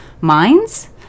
minds